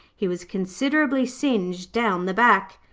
he was considerably singed down the back.